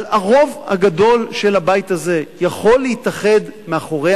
אבל הרוב הגדול של הבית הזה יכול להתאחד מאחורי